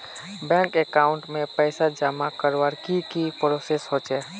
Bank account में पैसा जमा करवार की की प्रोसेस होचे?